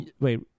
wait